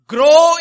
Grow